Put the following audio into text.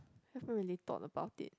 haven't really thought about it